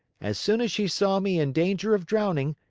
as soon as she saw me in danger of drowning,